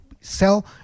sell